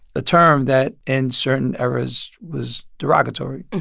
a term that in certain eras was derogatory.